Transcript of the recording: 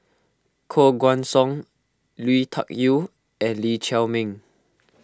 Koh Guan Song Lui Tuck Yew and Lee Chiaw Meng